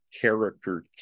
character